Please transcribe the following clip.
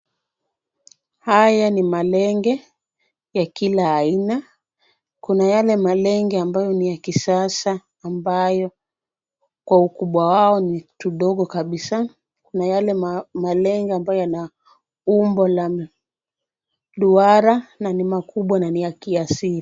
Haya ni malenge, ya kila aina kuna yale malenge ambayo ni ya kisasa ambayo kwa ukubwa wao ni tudogo kabisa. Kuna yale malenga ambayo yana umbo la, mduara na ni makubwa na ni ya kiasili.